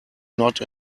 not